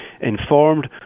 informed